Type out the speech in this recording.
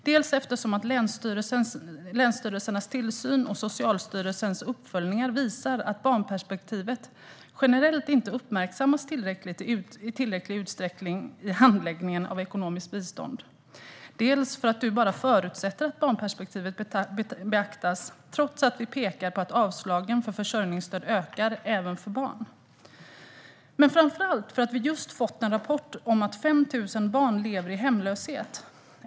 Det handlar dels om att länsstyrelsernas tillsyn och Socialstyrelsens uppföljningar visar att barnperspektivet generellt inte uppmärksammas i tillräcklig utsträckning i handläggningen av ekonomiskt bistånd. Det handlar dels om att ministern bara förutsätter att barnperspektivet beaktas trots att vi pekar på att avslagen för försörjningsstöd ökar, även för barn. Men framför allt handlar det om att vi just har fått en rapport om att 5 000 barn lever i hemlöshet.